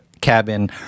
cabin